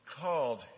called